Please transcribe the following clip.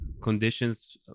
conditions